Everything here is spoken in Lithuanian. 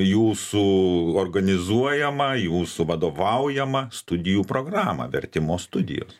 jūsų organizuojamą jūsų vadovaujamą studijų programą vertimo studijas